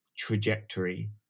trajectory